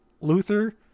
Luther